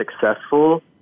successful